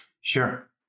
Sure